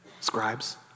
scribes